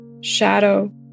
Shadow